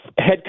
head